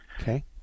Okay